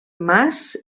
mas